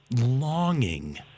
longing